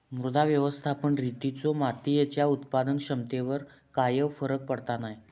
मृदा व्यवस्थापन रितींचो मातीयेच्या उत्पादन क्षमतेवर कायव फरक पडना नाय